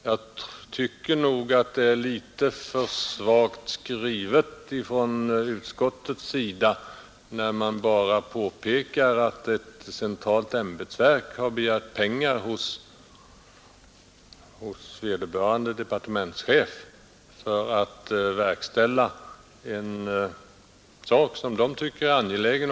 Jag tycker nog att det är litet för svagt skrivet av utskottet, när det bara nämner att ett centralt ämbetsverk har begärt pengar hos vederbörande departementschef för att verkställa ett arbete som verket finner angeläget.